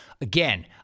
Again